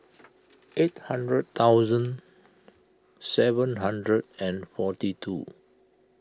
eight hundred thousand seven hundred and forty two